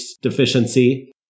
deficiency